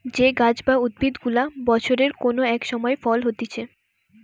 যে গাছ বা উদ্ভিদ গুলা বছরের কোন এক সময় ফল হতিছে